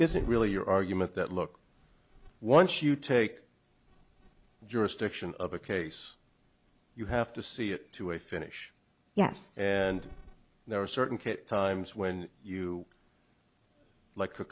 isn't really your argument that look once you take jurisdiction of a case you have to see it to a finish yes and there are certain times when you like the